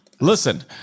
Listen